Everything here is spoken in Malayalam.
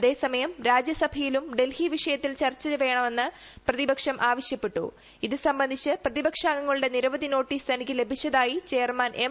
അതേസമയം രാജ്യസഭയിലും ഡൽഹി വിഷയത്തിൽ ചർച്ച വേണമെന്ന് പ്രതിപക്ഷം ആവശ്യപ്പെട്ടു ഇതു സംബന്ധിച്ച് പ്രതിപക്ഷാംഗങ്ങളുടെ നിരവധി നോട്ടീസ് തനിക്ക് ലഭിച്ചതായി ചെയർമാൻ എം